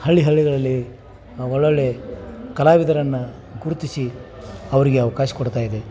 ಹಳ್ಳಿ ಹಳ್ಳಿಗಳಲ್ಲಿ ಒಳ್ಳೊಳ್ಳೆಯ ಕಲಾವಿದರನ್ನು ಗುರುತಿಸಿ ಅವ್ರಿಗೆ ಅವ್ಕಾಶ ಕೊಡ್ತಾ ಇದೆ